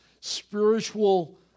spiritual